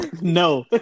No